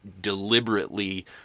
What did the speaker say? deliberately